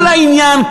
כל העניין,